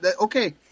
okay